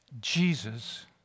Jesus